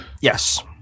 Yes